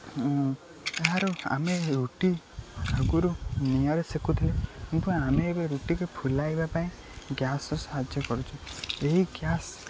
ତାହାର ଆମେ ରୁଟି ଆଗରୁ ନିଆଁରେ ସେକୁୁଥିଲୁ କିନ୍ତୁ ଆମେ ଏବେ ରୁଟିକୁ ଫୁଲାଇବା ପାଇଁ ଗ୍ୟାସ୍ର ସାହାଯ୍ୟ କରୁଛୁ ଏହି ଗ୍ୟାସ୍